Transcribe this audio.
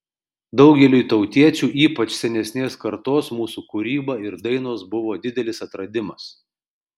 daugeliui tautiečių ypač senesnės kartos mūsų kūryba ir dainos buvo didelis atradimas